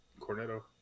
Cornetto